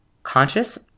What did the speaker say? Conscious